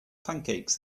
pancakes